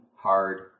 hard